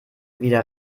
wieder